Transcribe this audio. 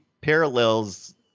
parallels